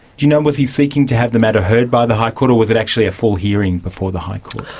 do you know, was he seeking to have the matter heard by the high court or was it actually a full hearing before the high court?